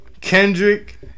Kendrick